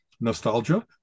nostalgia